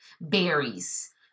berries